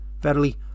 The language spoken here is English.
Verily